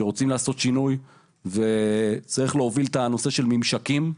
שרוצים לעשות שינוי וצריך להוביל את הנושא של ממשקים.